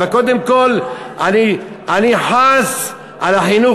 אבל קודם כול אני חס על החינוך,